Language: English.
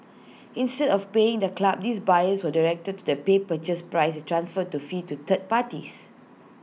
instead of paying the club these buyers were direced to the pay purchase price and transfer to fee to third parties